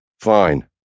Fine